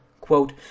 Quote